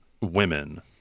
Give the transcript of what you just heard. women